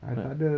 but